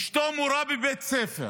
אשתו מורה בבית ספר,